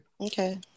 Okay